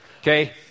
Okay